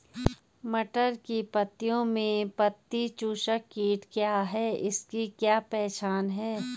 मटर की पत्तियों में पत्ती चूसक कीट क्या है इसकी क्या पहचान है?